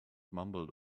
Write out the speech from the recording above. mumbled